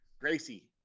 Gracie